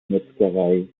metzgerei